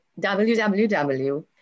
www